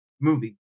movie